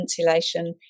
insulation